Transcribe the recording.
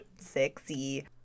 Sexy